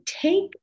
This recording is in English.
take